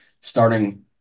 starting